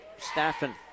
Staffen